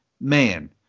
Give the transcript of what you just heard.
man